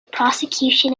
prosecution